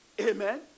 Amen